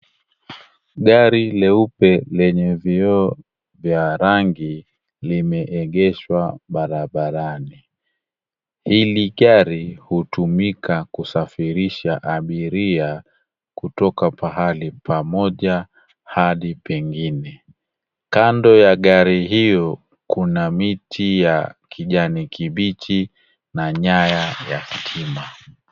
Gari leupe lenye vioo vya rangi limeegeshwa barabarani. Hili gari hutumika kusafirisha abiria kutoka pahali pamoja hadi pengine, kando ya gari hilo kuna miti ya kijani kibichi na nyaya ya stima.